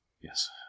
Yes